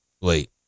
Wait